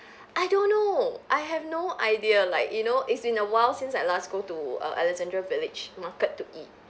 I don't know I have no idea like you know it's been a while since I last go to err alexandra village market to eat